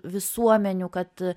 visuomenių kad